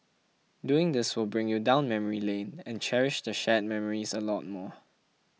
doing this will bring you down memory lane and cherish the shared memories a lot more